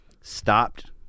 stopped